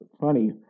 funny